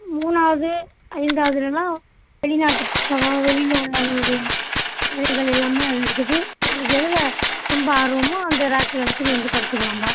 மூணாவது ஐந்தாவதுலலாம் வெளிநாட்டு புஸ்தகம் வெளியில உள்ளவங்களுடைய கதைகள் எல்லாமே அதில் இருக்குது உங்களுக்கு எதில் ரொம்ப ஆர்வமோ அந்த ராக்கில் எடுத்து நீ வந்து படிச்சிக்கலாம்ப்பா